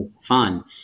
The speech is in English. fun